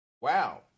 Wow